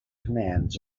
commands